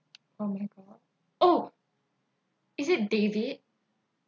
oh my god oh is it david